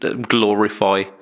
Glorify